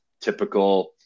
typical